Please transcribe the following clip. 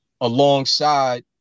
alongside